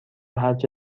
هرچه